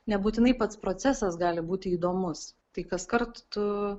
nebūtinai pats procesas gali būti įdomus tai kaskart tu